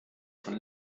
von